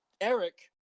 Eric